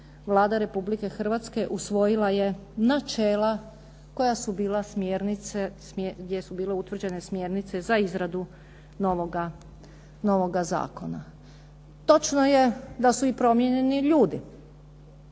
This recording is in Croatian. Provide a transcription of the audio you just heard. Vlada Republike Hrvatske usvojila je načela gdje su bile utvrđene smjernice za izradu novoga zakona. Točno je da su i promijenjeni ljudi.